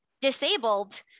disabled